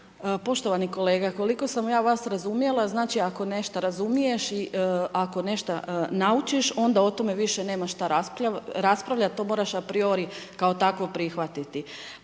Poštovani kolega, koliko sam ja vas razumjela znači ako nešto razumiješ i ako nešto naučiš onda o tome nemaš što raspravljati. To moraš a priori kao takvo prihvatiti.